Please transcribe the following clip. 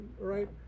right